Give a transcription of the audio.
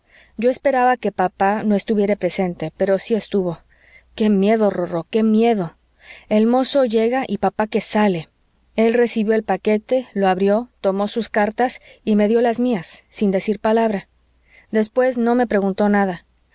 yo esperaba que papá no estuviera presente pero sí estuvo qué miedo rorro qué miedo el mozo que llega y papá que sale el recibió el paquete lo abrió tomó sus cartas y me dio las mías sin decir palabra después no me preguntó nada